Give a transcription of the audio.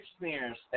experience